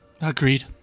Agreed